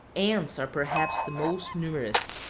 ants are perhaps the most numerous.